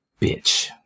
Bitch